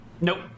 Nope